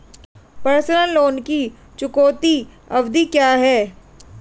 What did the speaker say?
Personal loan की चुकौती अवधि क्या है?